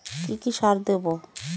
কি কি সার দেবো?